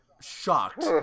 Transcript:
Shocked